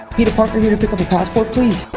peter parker here to pick up a passport, please.